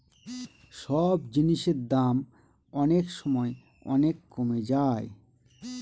সব জিনিসের দাম অনেক সময় অনেক কমে যায়